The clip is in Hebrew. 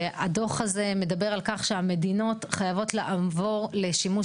הדו"ח הזה מדבר על כך שהמדינות חייבות לעבור לשימוש